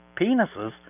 penises